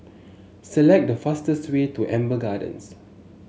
select the fastest way to Amber Gardens